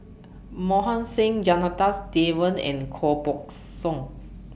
Mohan Singh Janadas Devan and Koh Buck Song